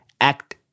act